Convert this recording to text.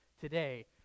today